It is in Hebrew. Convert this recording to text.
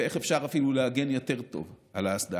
ואיך אפשר אפילו להגן יותר טוב על האסדה.